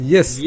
Yes